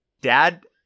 Dad